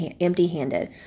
empty-handed